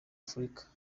afurika